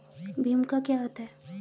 भीम का क्या अर्थ है?